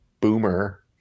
Boomer